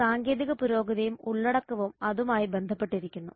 സാങ്കേതിക പുരോഗതിയും ഉള്ളടക്കവും അതുമായി ബന്ധപ്പെട്ടിരിക്കുന്നു